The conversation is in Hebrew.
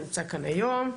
הנמצא כאן היום.